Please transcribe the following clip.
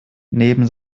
neben